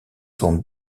sont